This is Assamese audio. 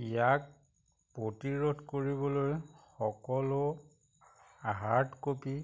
ইয়াক প্ৰতিৰোধ কৰিবলৈ সকলো হাৰ্ডকপি